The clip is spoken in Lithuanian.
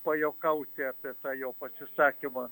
pajuokauti apie tą jo pasisakymą